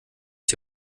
die